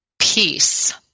Peace